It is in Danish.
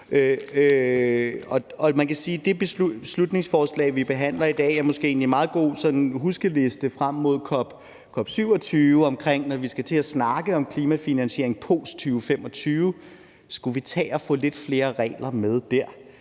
det beslutningsforslag, vi behandler i dag, måske egentlig er en meget god sådan huskeliste frem mod COP 27, i forhold til når vi skal til at snakke om klimafinansiering post 2025. Skulle vi tage at få lidt flere regler med der?